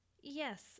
Yes